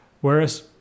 Whereas